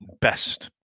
best